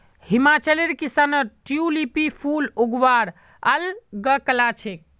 हिमाचलेर किसानत ट्यूलिप फूल उगव्वार अल ग कला छेक